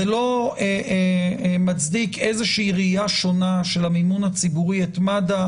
זה לא מצדיק איזושהי ראייה שונה של המימון הציבורי את מד"א,